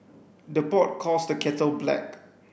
the pot calls the kettle black